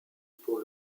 pour